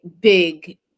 big